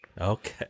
okay